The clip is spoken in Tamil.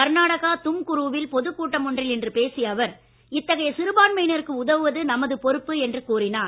கர்நாடகா தும்கூருவில் பொதுக்கூட்டம் ஒன்றில் இன்று பேசிய அவர் இத்தகைய சிறுபான்மையினருக்கு உதவுவது நமது பொறுப்பு என்று கூறினார்